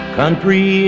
country